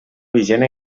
vigent